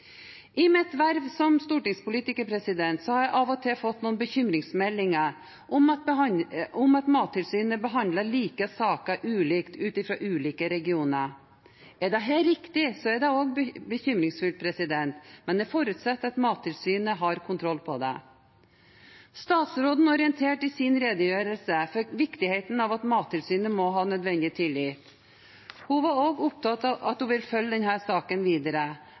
I mitt verv som stortingspolitiker har jeg av og til fått bekymringsmeldinger om at Mattilsynet behandler like saker ulikt i ulike regioner. Er dette riktig, er også det bekymringsfullt, men jeg forutsetter at Mattilsynet har kontroll på det. Statsråden orienterte i sin redegjørelse for viktigheten av at Mattilsynet må ha nødvendig tillit. Hun var også opptatt av at hun vil følge denne saken videre